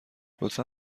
لطفا